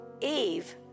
Eve